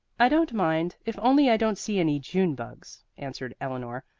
i don't mind, if only i don't see any june-bugs, answered eleanor,